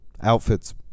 Outfits